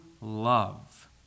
love